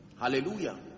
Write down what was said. Hallelujah